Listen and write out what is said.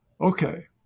Okay